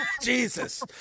Jesus